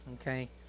Okay